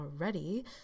already